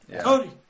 Cody